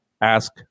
ask